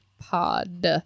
pod